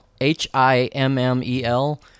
H-I-M-M-E-L